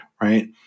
right